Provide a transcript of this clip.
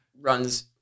runs